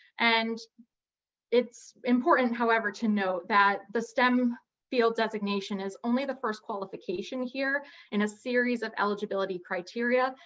and it's important however, to note that the stem field designation is only the first qualification here in a series of eligibility criteria,